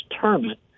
tournament